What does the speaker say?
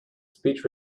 speech